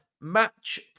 match